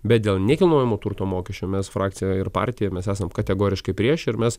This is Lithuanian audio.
bet dėl nekilnojamo turto mokesčio mes frakcijoj ir partijoj mes esam kategoriškai prieš ir mes